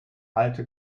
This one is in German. alte